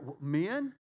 Men